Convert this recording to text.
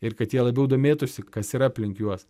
ir kad jie labiau domėtųsi kas yra aplink juos